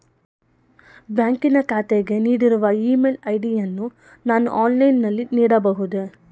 ಬ್ಯಾಂಕಿನ ಖಾತೆಗೆ ನೀಡಿರುವ ಇ ಮೇಲ್ ಐ.ಡಿ ಯನ್ನು ನಾನು ಆನ್ಲೈನ್ ನಲ್ಲಿ ನೀಡಬಹುದೇ?